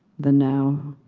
the now.